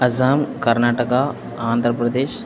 Assam Karnataka Andhra Pradesh